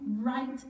right